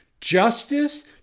justice